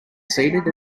seated